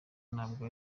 ntabwo